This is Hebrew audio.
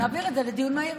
נעביר את זה לדיון מהיר.